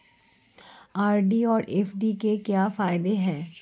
RD और FD के क्या फायदे हैं?